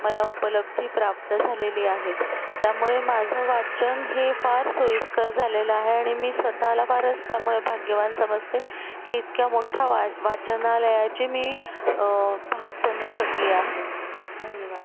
मला उपलब्धि प्राप्त झालेली आहे त्यामुळे माझं वाचन हे फार सोयीस्कर झालेलं आहे आणि मी स्वतःला फारच त्यामुळे भाग्यवान समजते की इतक्या मोठ्या वा वाचनालयाची मी भाग बनू शकले आहे धन्यवाद